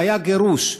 היה גירוש.